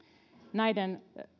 näiden